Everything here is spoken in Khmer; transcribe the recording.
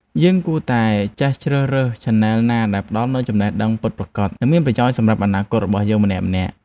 យើងគួរតែចេះជ្រើសរើសឆានែលណាដែលផ្តល់នូវចំណេះដឹងពិតប្រាកដ និងមានប្រយោជន៍សម្រាប់អនាគតរបស់យើងម្នាក់ៗ។